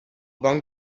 bon